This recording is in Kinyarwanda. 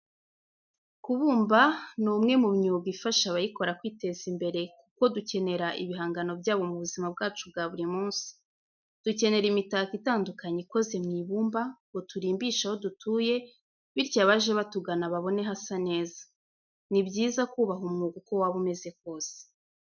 Kubumba ni umwe mu myuga ifasha abayikora kwiteza imbere kuko dukenera ibihangano byabo mu buzima bwacu bwa buri munsi. Dukenera imitako itandukanye ikoze mu ibumba ngo turimbishe aho dutuye bityo abaje batugana babone hasa neza. Ni byiza kubaha umwuga uko waba umeze kose.